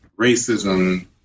racism